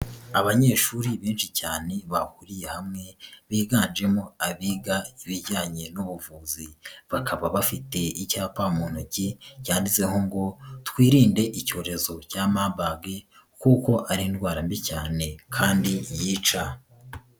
Abanyeshuri benshi cyane bahuriye hamwe biganjemo abiga ibijyanye n'ubuvuzi, bakaba bafite icyapa mu ntoki cyanditseho ngo twirinde icyorezo cya mabaga kuko ari indwara mbi cyane kandi yica.